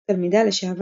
תלמידיה לשעבר,